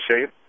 shape